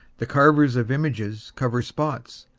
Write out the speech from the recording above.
the carvers of images cover spots,